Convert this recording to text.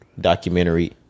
documentary